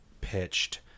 pitched